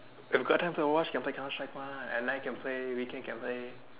if got time to watch can play counter strike mah and then I can play can play